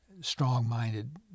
strong-minded